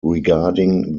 regarding